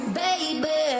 baby